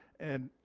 and